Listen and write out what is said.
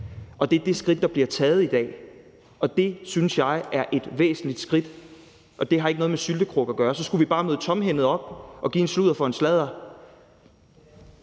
dag. Det er det skridt, der bliver taget i dag, og det synes jeg er et væsentligt skridt. Det har ikke noget med syltekrukke at gøre. Så skulle vi bare møde tomhændede op og give en sludder for en sladder.